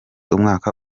umwaka